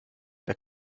der